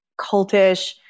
cultish